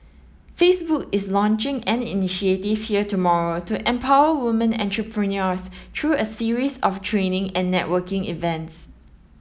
Facebook is launching an initiative here tomorrow to empower women entrepreneurs through a series of training and networking events